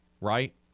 right